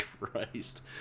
Christ